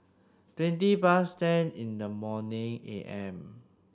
twenty past ten in the morning A M